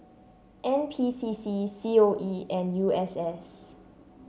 N P C C C O E and U S S